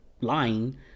Lying